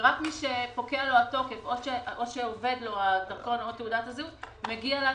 ורק מי שפוקע לו התוקף או שאובד לו הדרכון או תעודת הזהות מגיע לעשות,